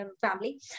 family